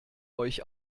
euch